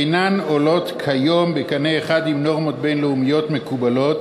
אינן עולות כיום בקנה אחד עם נורמות בין-לאומיות מקובלות